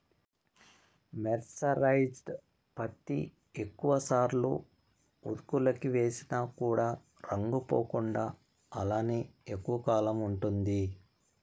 mercerised పత్తి ఎక్కువ సార్లు ఉతుకులకి వేసిన కూడా రంగు పోకుండా అలానే ఎక్కువ కాలం ఉంటుంది